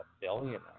billionaire